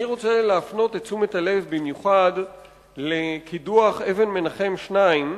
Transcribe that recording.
אני רוצה להפנות את תשומת הלב במיוחד לקידוח "אבן-מנחם 2",